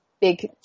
big